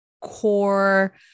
core